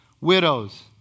widows